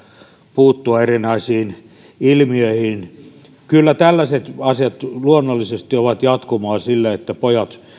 puuttua erinäisiin ilmiöihin kyllä tällaiset asiat luonnollisesti ovat jatkumoa sille että pojat